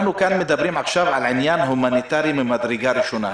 אנחנו כאן מדברים עכשיו על עניין הומניטרי ממדרגה הראשונה.